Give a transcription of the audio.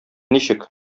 ничек